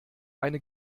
eine